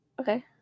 okay